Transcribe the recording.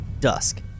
dusk